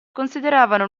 consideravano